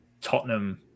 Tottenham